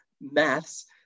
maths